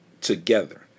together